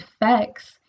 effects